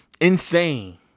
Insane